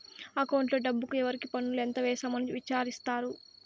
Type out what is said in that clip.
అకౌంట్లో డబ్బుకు ఎవరికి పన్నులు ఎంత వేసాము అని విచారిత్తారు